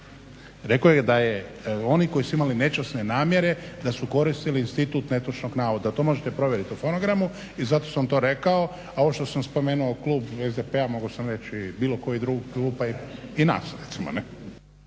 Rekao da je oni koji su imali nečasne namjere da su koristili institut netočnog navoda. To možete provjerit u fonogramu i zato sam vam to rekao, a ovo što sam spomenuo klub SDP-a mogao sam reći i bilo koji drugi klub, i nas